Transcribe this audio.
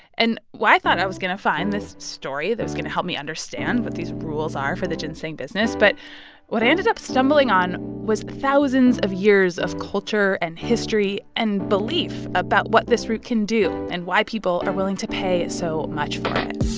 and, well, i thought i was going to find this story that was going to help me understand what these rules are for the ginseng business. but what i ended up stumbling on was thousands of years of culture and history and belief about what this root can do and why people are willing to pay so much for it.